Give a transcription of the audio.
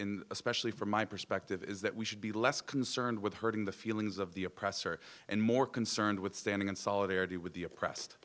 especially from my perspective is that we should be less concerned with hurting the feelings of the oppressor and more concerned with standing in solidarity with the oppressed